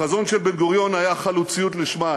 החזון של בן-גוריון היה חלוציות לשמה.